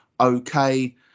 okay